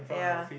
ya